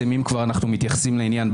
אם כבר אנחנו מתייחסים לעניין,